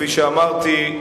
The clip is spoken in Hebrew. כפי שאמרתי,